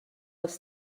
oes